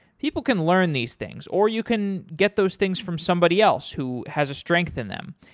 people can learn these things, or you can get those things from somebody else who has a strength in them.